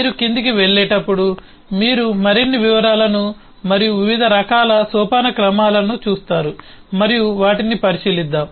మీరు క్రిందికి వెళ్ళేటప్పుడు మీరు మరిన్ని వివరాలను మరియు వివిధ రకాల సోపానక్రమాలను చూస్తారు మరియు వాటిని పరిశీలిద్దాం